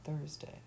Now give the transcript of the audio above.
Thursday